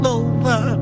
over